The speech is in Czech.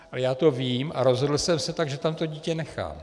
A já to vím a rozhodl jsem se tak, že tam to dítě nechám.